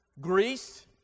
Greece